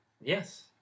Yes